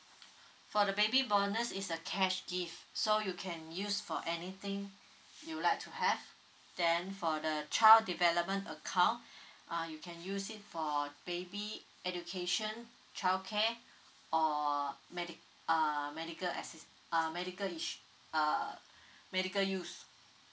for the baby bonus is a cash gift so you can use for anything you like to have then for the child development account uh you can use it for baby education childcare or medic~ uh medical assist~ uh medical ish uh medical use